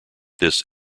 this